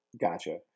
Gotcha